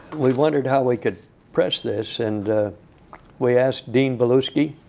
we wondered how we could press this. and we asked dean beluski,